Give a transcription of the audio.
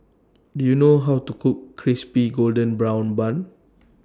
Do YOU know How to Cook Crispy Golden Brown Bun